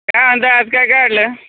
काय म्हणता आज काय काढलं